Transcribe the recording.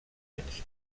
anys